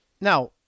now